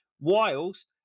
Whilst